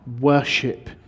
worship